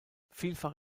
vielfach